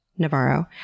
Navarro